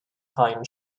pine